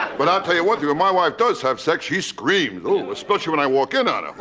but i'll tell you one thing, when my wife does have sex she screams. oh, especially when i walk in on